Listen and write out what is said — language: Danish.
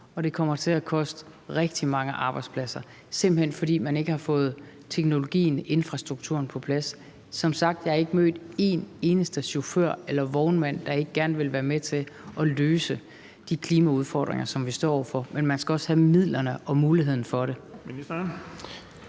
at det kommer til at koste rigtig mange arbejdspladser, simpelt hen fordi man ikke har fået teknologien og infrastrukturen på plads. Som sagt har jeg ikke mødt en eneste chauffør eller vognmand, der ikke gerne vil være med til at løse de klimaudfordringer, som vi står over for, men man skal også have midlerne til det og muligheden for det.